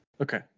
okay